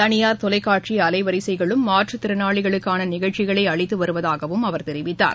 தனியார் தொலைக்காட்சி அலைவரிசைகளும் மாற்றுத்திறனாளிகளுக்கான நிகழ்ச்சிகளை அளித்து வருவதாகவும் அவர் தெரிவித்தார்